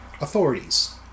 authorities